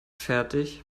fertig